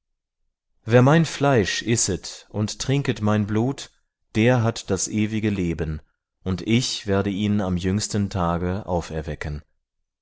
wer mein fleisch isset und trinket mein blut der hat das ewige leben und ich werde ihn am jüngsten tage auferwecken